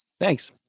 Thanks